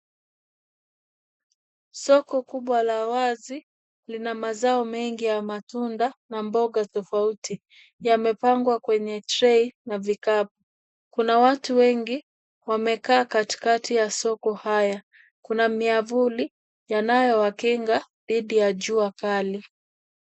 Soko kubwa la wazi lina mazao mengi ya matunda na mboga tofauti. Yameoangwa kwenye trei na vikapu. Kuna watu wengi wamekaa katikati ya soko haya. Kuna miavuli yanayowakinga dhidi ya jua kali.